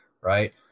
right